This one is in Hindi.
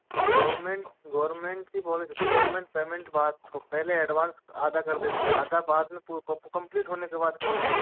गवर्मेंट गवर्मेंट की पॉलिसी होती है गवर्मेंट पेमेंट बाद पहले एडवांस आधा आकर देती है आधा बाद में कंप्लीट के बाद करती है